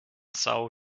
são